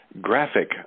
graphic